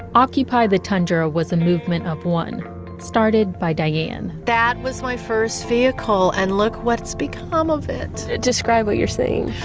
occupy the tundra was a movement of one started by diane that was my first vehicle and look what's become um of it. describe what you're seeing.